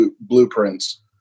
blueprints